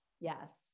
Yes